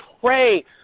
pray